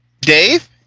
Dave